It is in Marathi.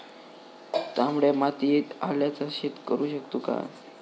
तामड्या मातयेत आल्याचा शेत करु शकतू काय?